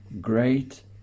great